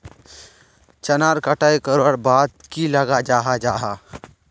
चनार कटाई करवार बाद की लगा जाहा जाहा?